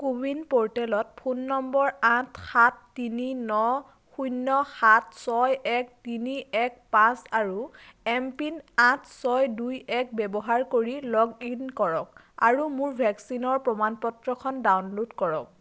কো win প'ৰ্টেলত phone নম্বৰ আঠ সাত তিনি ন শূণ্য সাত ছয় এক তিনি এক পাঁচ আৰু এম পিন আঠ ছয় দুই এক ব্যৱহাৰ কৰি লগ ইন কৰক আৰু মোৰ ভেকচিনৰ প্ৰমাণ পত্ৰখন ডাউনলোড কৰক